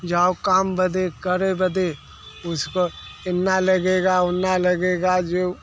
जहाँ काम बदे करे बदे उसको ऊना लगेगा ऊना लगेगा जो